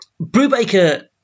Brubaker